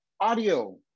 audio